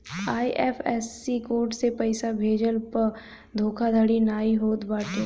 IFSC code से पइसा भेजला पअ धोखाधड़ी नाइ होत बाटे